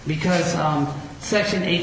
because on section eight